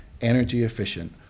energy-efficient